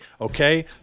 okay